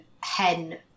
Hen